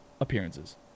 appearances